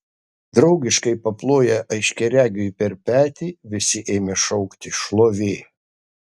draugiškai paploję aiškiaregiui per petį visi ėmė šaukti šlovė